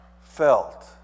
felt